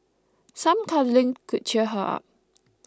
some cuddling could cheer her up